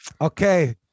Okay